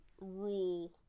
rule